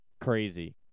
crazy